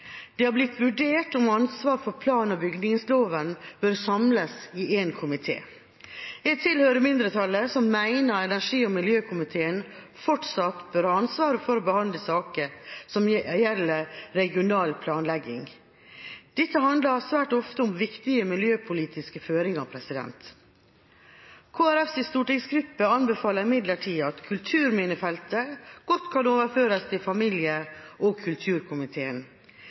Det har blitt vurdert om ansvaret for plan- og bygningsloven bør samles i én komite. Jeg tilhører mindretallet som mener at energi- og miljøkomiteen fortsatt bør ha ansvaret for å behandle saker som gjelder regional planlegging. Dette handler svært ofte om viktige miljøpolitiske føringer. Kristelig Folkepartis stortingsgruppe anbefaler imidlertid at kulturminnefeltet godt kan overføres til familie- og kulturkomiteen.